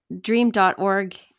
Dream.org